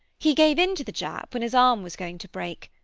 he gave in to the jap when his arm was going to break.